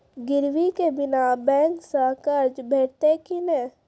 गिरवी के बिना बैंक सऽ कर्ज भेटतै की नै?